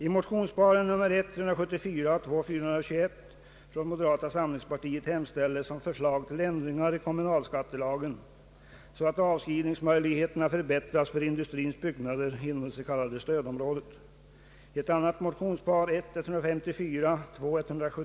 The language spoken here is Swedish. I motionsparet I: 374 och II: 421 hemställes om förslag till sådana ändringar i kommunalskattelagen att avskrivningsmöjligheterna förbättras för industrins byggnader inom det s.k. stödområdet.